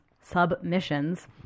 submissions